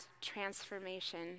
transformation